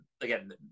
again